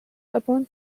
upon